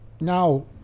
now